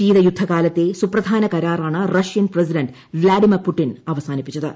ശീതയുദ്ധകാലത്തെ സുപ്രധാന കരാറാണ് Russian president Vladimir Putin അവസാനിപ്പിച്ചത്